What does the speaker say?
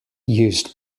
used